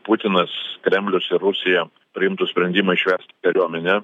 putinas kremlius ir rusija priimtų sprendimą išvesti kariuomenę